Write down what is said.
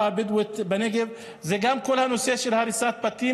הבדואית בנגב זה גם כל הנושא של הריסת בתים.